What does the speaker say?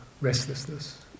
restlessness